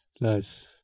Nice